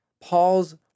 Paul's